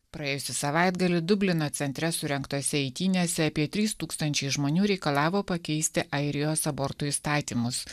praėjusį savaitgalį dublino centre surengtose eitynėse apie trys tūkstančiai žmonių reikalavo pakeisti airijos abortų įstatymus